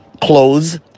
clothes